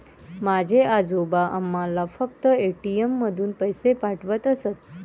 माझे आजोबा आम्हाला फक्त ए.टी.एम मधून पैसे पाठवत असत